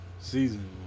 season